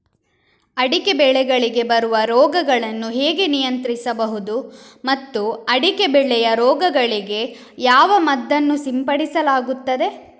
ಅಡಿಕೆ ಬೆಳೆಗಳಿಗೆ ಬರುವ ರೋಗಗಳನ್ನು ಹೇಗೆ ನಿಯಂತ್ರಿಸಬಹುದು ಮತ್ತು ಅಡಿಕೆ ಬೆಳೆಯ ರೋಗಗಳಿಗೆ ಯಾವ ಮದ್ದನ್ನು ಸಿಂಪಡಿಸಲಾಗುತ್ತದೆ?